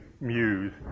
muse